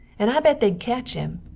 and i bet theyd catch him,